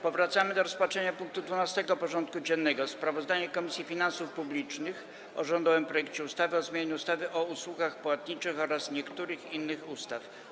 Powracamy do rozpatrzenia punktu 12. porządku dziennego: Sprawozdanie Komisji Finansów Publicznych o rządowym projekcie ustawy o zmianie ustawy o usługach płatniczych oraz niektórych innych ustaw.